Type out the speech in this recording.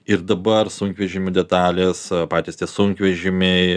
ir dabar sunkvežimių detalės patys tie sunkvežimiai